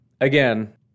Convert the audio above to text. again